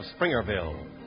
Springerville